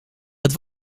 het